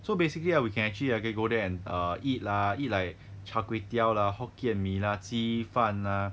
so basically ah we can actually ah go there and err eat lah eat like char kway teow lah hokkien mee lah 鸡饭 lah